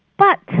but